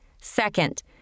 second